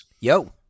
Yo